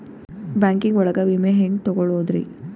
Banking ಒಳಗ ವಿಮೆ ಹೆಂಗ್ ತೊಗೊಳೋದ್ರಿ?